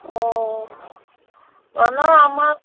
অ' বনাও আমাৰ